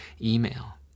email